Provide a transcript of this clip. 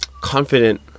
confident